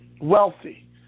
wealthy